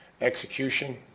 execution